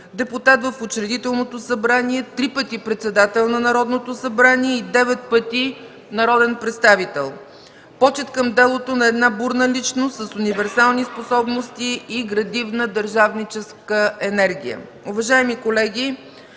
депутат в Учредителното събрание, три пъти председател на Народното събрание и девет пъти народен представител. Почит към делото на една бурна личност с универсални способности и градивна държавническа енергия!